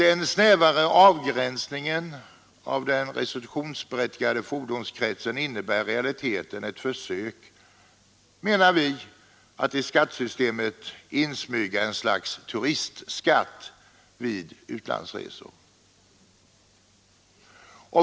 Den snävare avgränsningen av den restitutionsberättigade fordonskretsen är i realiteten ett försök — menar vi — att i skattesystemet insmyga ett slags turistskatt vid utlandsresor.